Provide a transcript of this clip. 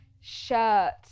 shirt